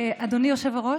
אדוני היושב-ראש,